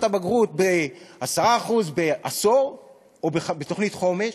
הבגרות ב-10% בעשור או בתוכנית חומש,